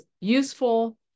useful